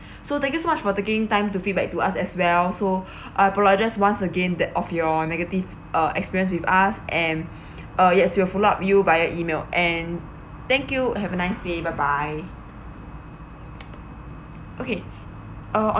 so thank you so much for taking time to feedback to us as well so I apologize once again that of your negative uh experience with us and uh yes we'll follow up you via email and thank you have a nice day bye bye okay uh